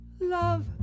love